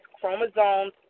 chromosomes